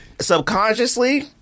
subconsciously